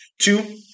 two